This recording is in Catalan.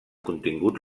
continguts